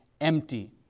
empty